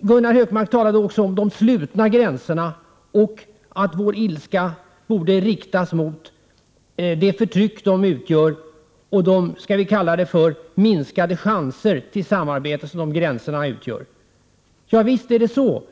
Gunnar Hökmark talade också om de slutna gränserna och att vår ilska borde riktas mot det förtryck och de minskade chanser till samarbete de utgör. Visst är det så!